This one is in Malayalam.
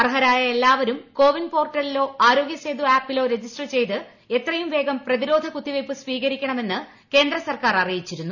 അർഹരായ എല്ലാവരും കോ വിൻ പോർട്ടലിലോ ആരോഗൃസേതു ആപ്പിലോ രജിസ്റ്റർ ചെയ്ത് എത്രയും വേഗം പ്രതിരോധ കുത്തിവയ്പ് സ്വീകരിക്കണമെന്ന് കേന്ദ്ര സർക്കാർ അറിയിച്ചിരുന്നു